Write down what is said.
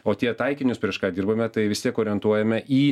o tie taikinius prieš ką dirbame tai vis tiek orientuojame į